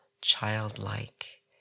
childlike